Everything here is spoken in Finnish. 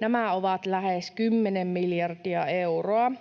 nämä ovat lähes 10 miljardia euroa.